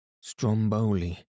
Stromboli